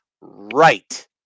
right